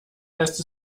heißt